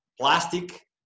plastic